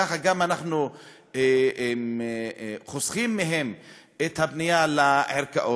ככה אנחנו גם חוסכים מהם את הפנייה לערכאות,